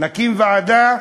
נקים ועדה,